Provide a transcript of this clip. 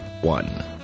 one